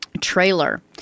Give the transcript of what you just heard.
trailer